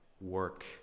work